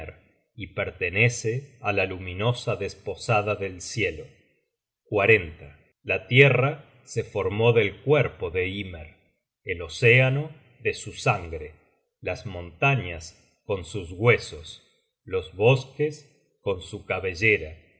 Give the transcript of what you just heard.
y precede á la luminosa desposada del cielo la tierra se formó del cuerpo de ymer el océano de su sangre las montañas con sus huesos los bosques con su cabellera